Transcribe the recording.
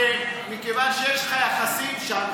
מכיוון שיש לך יחסים שם,